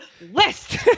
list